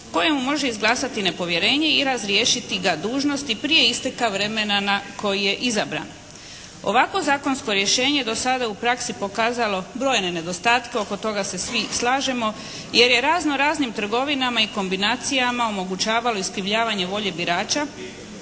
koje mu može izglasati nepovjerenje i razriješiti ga dužnosti prije isteka vremena na koje je izabran. Ovakvo zakonsko rješenje do sada u praksi je pokazalo brojne nedostatke, oko toga se svi slažemo jer je razno razno trgovinama i kombinacijama omogućavalo iskrivljavanje volje birača